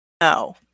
No